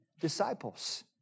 disciples